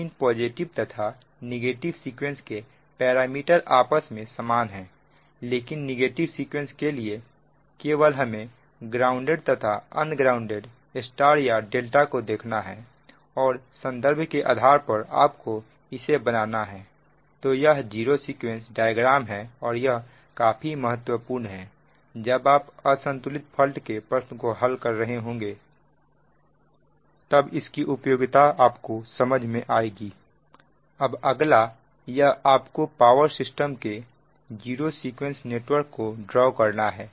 लेकिन पॉजिटिव तथा negative sequence के पैरामीटर आपस में समान है लेकिन नेगेटिव सीक्वेंस के लिए केवल हमें ग्राउंडेड तथा अनग्राउंडेड Y या ∆ को देखना है और संदर्भ के आधार पर आपको इसे बनाना है तो यह जीरो सीक्वेंस डायग्राम है और यह काफी महत्वपूर्ण है जब आप असंतुलित फॉल्ट के प्रश्न को हल कर रहे होंगे अब अगला यह है आपको पावर सिस्टम के जीरो सीक्वेंस नेटवर्क को ड्रॉ करना है